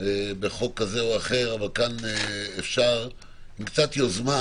בחוק כזה או אחר, אבל כאן אפשר יהיה עם קצת יוזמה